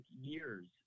years